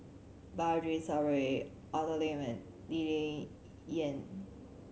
Balaji Sadasivan Arthur Lim and Lee Ling Yen